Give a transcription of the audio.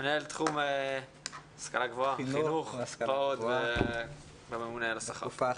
מנהל תחום חינוך והשכלה גבוהה בממונה על השכר.